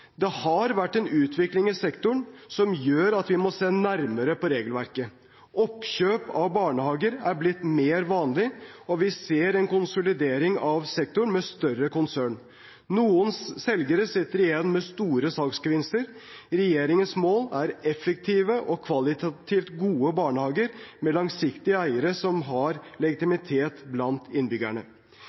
Det har vært en utvikling i sektoren som gjør at vi må se nærmere på regelverket. Oppkjøp av barnehager er blitt mer vanlig, og vi ser en konsolidering av sektoren med større konsern. Noen selgere sitter igjen med store salgsgevinster. Regjeringens mål er effektive og kvalitativt gode barnehager med langsiktige eiere som har legitimitet blant innbyggerne.